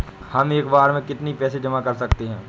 हम एक बार में कितनी पैसे जमा कर सकते हैं?